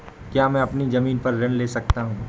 क्या मैं अपनी ज़मीन पर ऋण ले सकता हूँ?